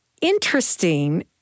interesting